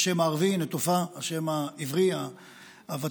השם הערבי, נטופה, השם העברי הוותיק.